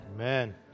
Amen